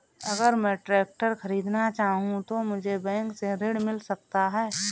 अगर मैं ट्रैक्टर खरीदना चाहूं तो मुझे बैंक से ऋण मिल सकता है?